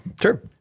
Sure